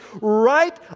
right